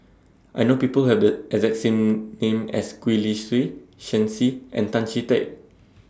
I know People Have The exact same name as Gwee Li Sui Shen Xi and Tan Chee Teck